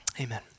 Amen